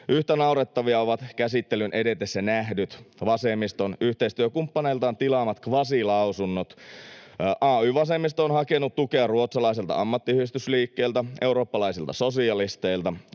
Yhtä naurettavia ovat käsittelyn edetessä nähdyt vasemmiston yhteistyökumppaneiltaan tilaamat kvasilausunnot. Ay-vasemmisto on hakenut tukea ruotsalaiselta ammattiyhdistysliikkeeltä, eurooppalaisilta sosialisteilta,